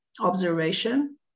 observation